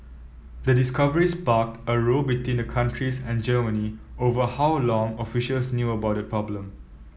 the discovery sparked a row between the countries and Germany over how long officials knew about the problem